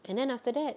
and then after that